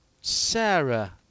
Sarah